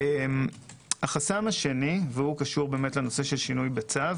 החסם השני, והוא קשור לשינוי בצו